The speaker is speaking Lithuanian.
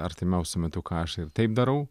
artimiausiu metu ką aš ir taip darau